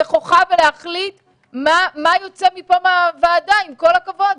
נכוחה, ולהחליט מה יוצא מפה מהוועדה, עם כל הכבוד.